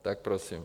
Tak prosím.